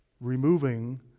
removing